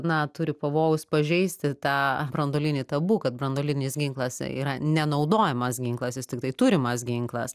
na turi pavojaus pažeisti tą branduolinį tabu kad branduolinis ginklas yra nenaudojamas ginklas jis tiktai turimas ginklas